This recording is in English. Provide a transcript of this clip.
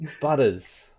Butters